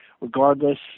regardless